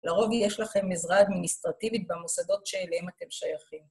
לרובי יש לכם עזרה אדמיניסטרטיבית במוסדות שאליהם אתם שייכים.